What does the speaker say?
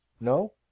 No